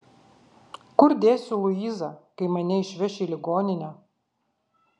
kur dėsiu luizą kai mane išveš į ligoninę